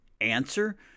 Answer